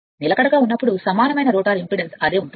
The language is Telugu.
నిలిచి పోయిన వద్ద సమానమైన రోటర్ ఇంపిడెన్స్అదే హక్కు